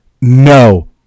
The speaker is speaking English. No